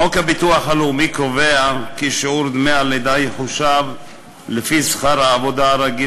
חוק הביטוח הלאומי קובע כי שיעור דמי הלידה יחושב לפי שכר העבודה הרגיל